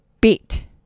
beat